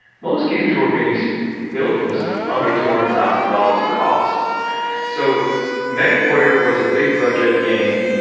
most games were being built was under two hundred thousand dollars in costs so mechwarrior was a big-budget game.